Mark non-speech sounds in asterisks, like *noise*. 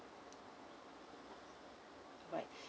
right *breath*